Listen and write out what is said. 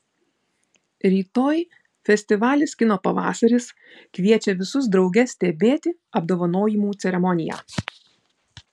rytoj festivalis kino pavasaris kviečia visus drauge stebėti apdovanojimų ceremoniją